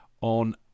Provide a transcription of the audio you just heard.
on